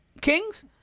Kings